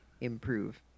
improve